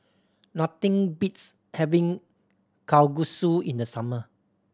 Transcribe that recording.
nothing beats having Kalguksu in the summer